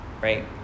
right